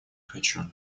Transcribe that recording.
хочу